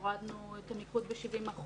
הורדנו את המיקוד ב-70%.